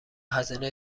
هزینه